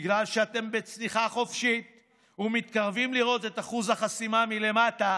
בגלל שאתם בצניחה חופשית ומתקרבים לראות את אחוז החסימה מלמטה